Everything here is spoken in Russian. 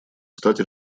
стать